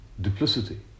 duplicity